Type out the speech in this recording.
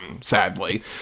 sadly